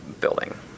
building